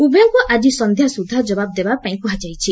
ଉଭୟଙ୍କୁ ଆଜି ସଂଧ୍ୟାସୁଦ୍ଧା ଜବାବ୍ ଦେବାପାଇଁ କୁହାଯାଇଛି